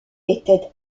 était